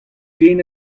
ken